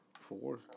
Four